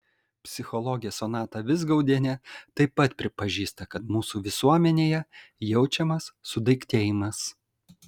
psichologė sonata vizgaudienė taip pat pripažįsta kad mūsų visuomenėje jaučiamas sudaiktėjimas